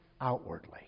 outwardly